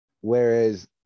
Whereas